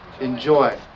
Enjoy